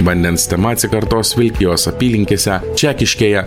vandens tema atsikartos vilkijos apylinkėse čekiškėje